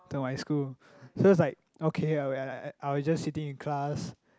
to my school cause like okay I would at at I would just sitting in class